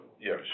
Yes